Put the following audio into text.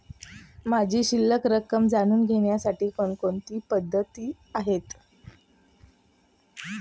माझी शिल्लक रक्कम जाणून घेण्यासाठी कोणकोणत्या पद्धती आहेत?